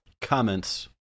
comments